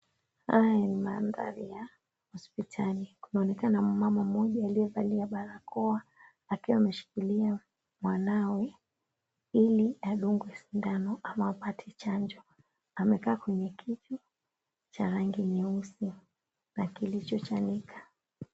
Haya ni maandhari ya hospitali. Kunaonekana mama moja aliyevalia barakoa, akiwa ameshikilia mwanawe ili adungwe sindano ama apate chanjo. Amekaa kwenye kiti cha rangi nyeusi na kilichochanika.